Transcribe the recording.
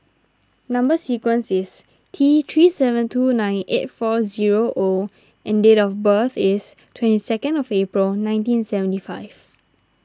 Number Sequence is T three seven two nine eight four zero O and date of birth is twenty second of April nineteen seventy five